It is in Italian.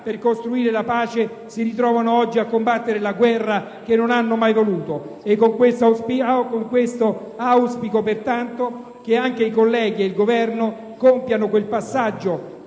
per costruire la pace, si ritrovino oggi a combattere la guerra che non hanno mai voluto. Con questo voto auspico che anche i colleghi ed il Governo compiano quel passaggio,